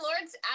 Lords